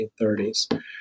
1930s